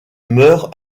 mœurs